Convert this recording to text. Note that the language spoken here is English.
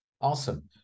Awesome